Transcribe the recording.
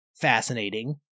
fascinating